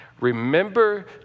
Remember